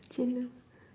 chendol